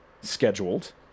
scheduled